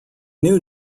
new